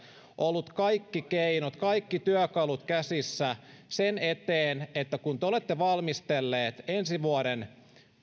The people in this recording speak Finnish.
ollut kaikki keinot kaikki työkalut käsissä sen eteen että kun te olette valmistelleet ensi vuoden